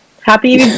Happy